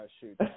shoot